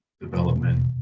development